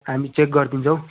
हामी चेक गरिदिन्छौँ